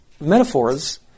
metaphors